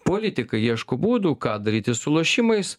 politikai ieško būdų ką daryti su lošimais